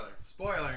Spoiler